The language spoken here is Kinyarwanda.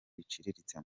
biciriritse